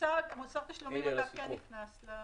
מוסר התשלומים דווקא כן נכנס להחלטה.